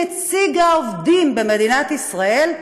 נציג העובדים במדינת ישראל,